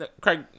Craig